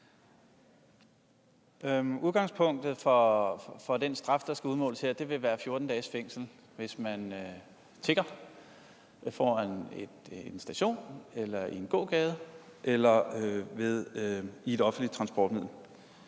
Udgangspunktet for den straf, der skal udmåles her, vil være 14 dages fængsel, hvis man tigger foran en station eller i en gågade eller i et offentligt transportmiddel.